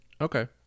Okay